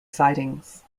sidings